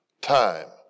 time